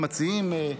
המציעים,